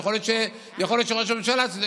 יכול להיות שראש הממשלה צודק.